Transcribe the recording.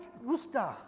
rooster